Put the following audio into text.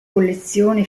collezione